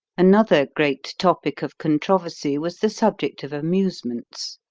another great topic of controversy was the subject of amusements.